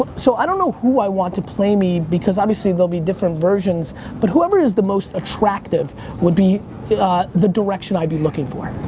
ah so i don't know who i want to play me because obviously there'll be different versions but whoever is the most attractive would be yeah the direction direction i'd be looking for.